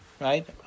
right